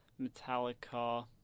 Metallica